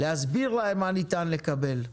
להסביר להם מה ניתן לקבל.